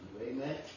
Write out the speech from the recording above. Amen